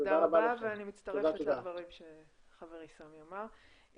תודה רבה, ואני מצטרפת לדברים שחברי סמי אמר.